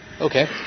Okay